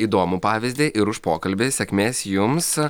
įdomų pavyzdį ir už pokalbį sėkmės jums